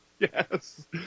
Yes